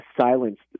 Silenced